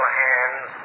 hands